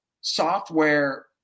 software